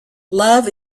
love